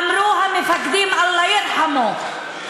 אמרו המפקדים: "אללה ירחמו".